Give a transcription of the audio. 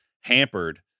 hampered